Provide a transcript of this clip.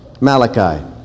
Malachi